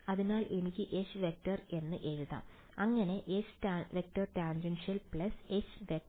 അതിനാൽ എനിക്ക് H→ എന്ന് എഴുതാം അങ്ങനെ H→tan H→normal